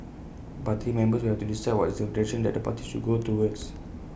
party members will have to decide what is the direction that the party should go towards